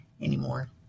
anymore